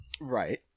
right